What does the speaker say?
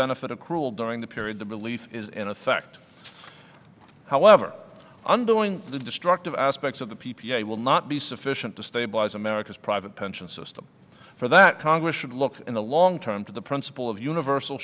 benefit of cruel during the period the belief is in effect however undoing the destructive aspects of the p p a will not be sufficient to stabilize america's private pension system for that congress should look in the long term to the principle of universal